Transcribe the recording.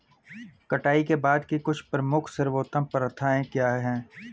कटाई के बाद की कुछ प्रमुख सर्वोत्तम प्रथाएं क्या हैं?